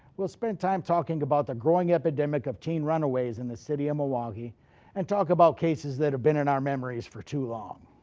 we'll spend time talking about the growing epidemic of teen runaways in the city of milwaukee and talk about cases that have been in our memories for too long.